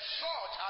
short